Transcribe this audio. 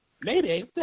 Mayday